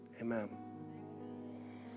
Amen